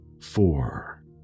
four